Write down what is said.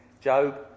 Job